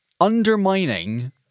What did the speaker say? Undermining